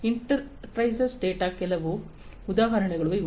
enterprise ಡೇಟಾದ ಕೆಲವು ಉದಾಹರಣೆಗಳು ಇವು